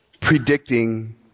predicting